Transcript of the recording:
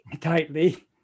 Tightly